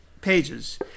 pages